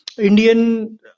Indian